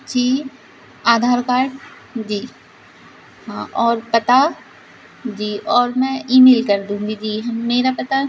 जी Aadhaar card जी हाँ और पता जी और मैं ईमेल कर दूँगी जी हं मेरा पता